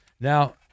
Now